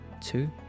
two